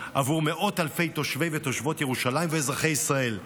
עבור מאות אלפי תושבי ותושבות ירושלים ואזרחי ישראל.